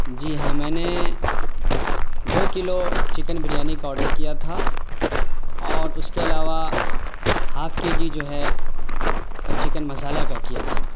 جی ہاں میں نے دو کلو چکن بریانی کا آڈر کیا تھا اور اسکے علاوہ ہاف کے جی جو ہے چکن مسالہ کا کیا تھا